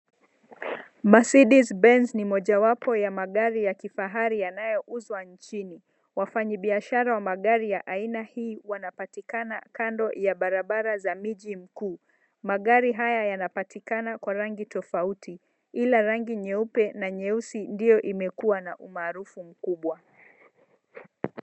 Marcedes Benz ni mojawapo ya magari ya kifahari yanayouzwa nchini. Wafanyi biashara wa magari ya aina hii wanapatikana kando ya barabara za miji mkuu. Magari haya yanapatikana kwa rangi tofauti ila rangi nyeupe na nyeusi ndiyo imekuwa na umaarufu mkubwa.